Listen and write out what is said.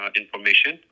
information